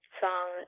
song